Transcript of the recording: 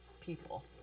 people